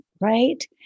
right